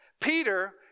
Peter